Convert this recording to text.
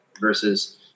versus